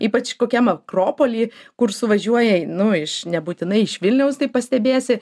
ypač kokiam akropoly kur suvažiuoja nu iš nebūtinai iš vilniaus tai pastebėsi